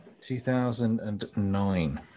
2009